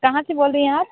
कहाँ से बोल रही हैं आप